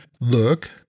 look